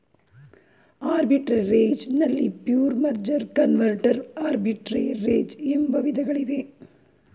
arbitrage ನಲ್ಲಿ pure, merger, converter arbitrage ಎಂಬ ವಿಧಗಳಿವೆ